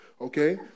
okay